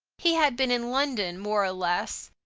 he had been in london more or less,